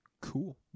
Cool